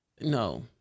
No